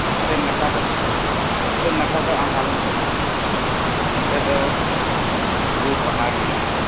ᱩᱛᱛᱚᱨ ᱱᱟᱠᱷᱟ ᱫᱚ ᱩᱛᱛᱚᱨ ᱱᱟᱠᱷᱟ ᱫᱚ ᱟᱢ ᱟᱞᱚᱢ ᱪᱟᱞᱟᱜᱼᱟ ᱚᱱᱛᱮ ᱫᱚ ᱵᱩᱨᱩ ᱯᱟᱦᱟᱲ ᱢᱮᱱᱟᱜᱼᱟ